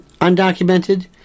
undocumented